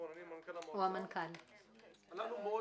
לנו מאוד